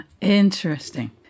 Interesting